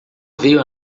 veio